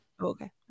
Okay